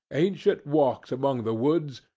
ancient walks among the woods,